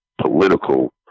political